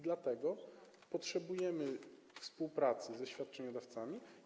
Dlatego potrzebujemy współpracy ze świadczeniodawcami.